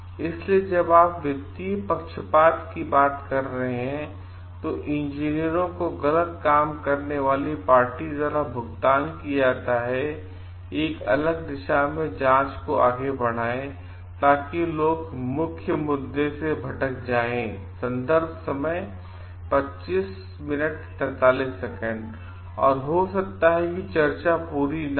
इसलिए जब आप वित्तीय पक्षपात की बात कर रहे हैं तो इंजीनियरों को गलत काम करने वाली पार्टी द्वारा भुगतान किया जाता है एक अलग दिशा में जांच को आगे बढ़ाएं ताकि लोग मुख्या मुद्दे से भटक जाएँ और हो सकता है कि चर्चा पूरी न हो